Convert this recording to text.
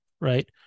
right